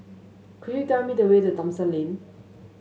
could you tell me the way to Thomson Lane